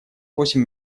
восемь